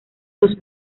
dos